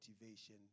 motivation